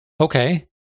okay